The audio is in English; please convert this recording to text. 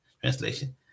Translation